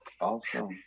Awesome